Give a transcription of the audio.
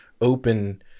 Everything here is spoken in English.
open